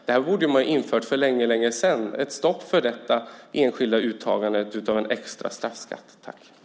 Man borde ha infört ett stopp för detta enskilda uttagande av en extra straffskatt för länge sedan.